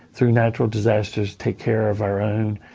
through natural disasters, take care of our own.